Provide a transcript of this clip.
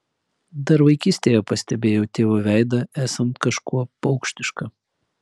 dar vaikystėje pastebėjau tėvo veidą esant kažkuo paukštišką